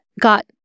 got